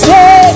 Say